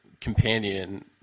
companion